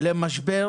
למשבר